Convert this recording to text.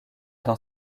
dans